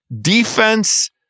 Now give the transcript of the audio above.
Defense